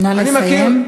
נא לסיים.